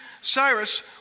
Cyrus